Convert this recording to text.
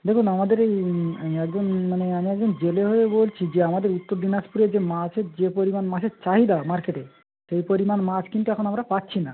দেখুন আমাদের এই একজন মানে আমি একজন জেলে হয়ে বলছি যে আমাদের উত্তর দিনাজপুরের যে মাছের যে পরিমাণ মাছের চাহিদা মার্কেটে সেই পরিমাণ মাছ কিন্তু এখন আমরা পাচ্ছি না